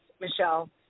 Michelle